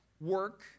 Work